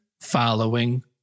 following